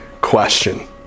question